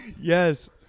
Yes